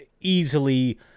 easily